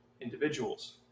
individuals